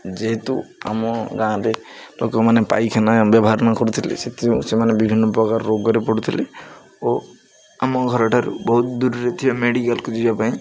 ଯେହେତୁ ଆମ ଗାଁରେ ଲୋକମାନେ ପାଇଖାନା ବ୍ୟବହାର ନ କରୁଥିଲେ ସେଥିରୁ ସେମାନେ ବିଭିନ୍ନ ପ୍ରକାର ରୋଗରେ ପଡ଼ୁଥିଲେ ଓ ଆମ ଘର ଠାରୁ ବହୁତ ଦୂରରେ ଥିବା ମେଡ଼ିକାଲକୁ ଯିବା ପାଇଁ